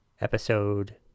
episode